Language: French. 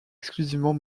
exclusivement